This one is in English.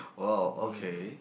!wow! okay